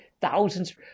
thousands